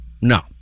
No